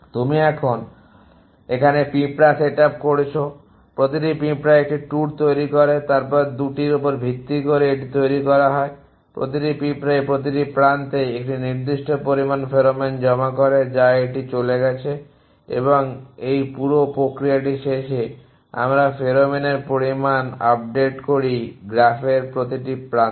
তুমি এখানে পিঁপড়া সেট আপ করেছো প্রতিটি পিঁপড়া একটি ট্যুর তৈরি করে তারপর 2টির উপর ভিত্তি করে এটি তৈরি করা হয় প্রতিটি পিঁপড়া প্রতিটি প্রান্তে একটি নির্দিষ্ট পরিমাণ ফেরোমন জমা করে যা এটি চলে গেছে এবং এই পুরো প্রক্রিয়াটির শেষে আমরা ফেরোমোনের পরিমাণ আপডেট করি গ্রাফের প্রতিটি প্রান্তে